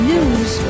News